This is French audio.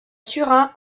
turin